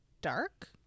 dark